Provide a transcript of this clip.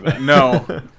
no